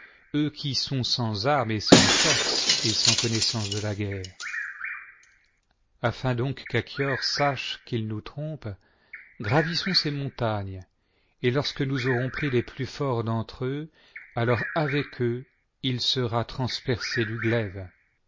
eux qui sont sans armes et sans force et sans connaissance de la guerre afin donc qu'achior sache qu'il nous trompe gravissons ces montagnes et lorsque nous aurons pris les plus forts d'entre eux alors avec eux il sera transpercé du glaive